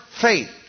faith